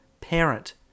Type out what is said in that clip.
parent